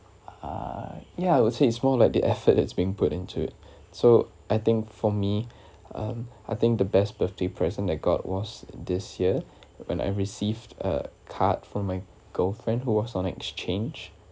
uh ya I would say it's more like the effort is being put into it so I think for me um I think the best birthday present I got was this year when I received a card from my girlfriend who was on exchange